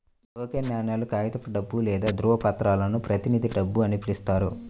token నాణేలు, కాగితపు డబ్బు లేదా ధ్రువపత్రాలను ప్రతినిధి డబ్బు అని పిలుస్తారు